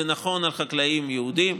זה נכון לחקלאים יהודים,